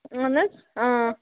اَہَن حظ آ